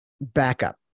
backup